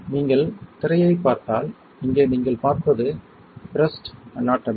நீங்கள் திரையைப் பார்த்தால் இங்கே நீங்கள் பார்ப்பது பிரஸ்ட் அனாட்டமி